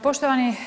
Poštovani.